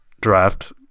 draft